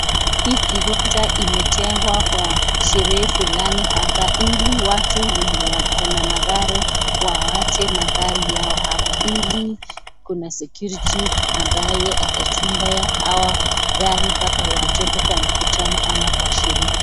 Hii kiwanja imetengwa kwa sherehe fulani hapa ili watu wenye wako na magari wawache magari yao hapa ili kuna (cs) security (cs) ambaye atachungia hawa gari mpaka watoke kwa mkutano ama kwa sherehe.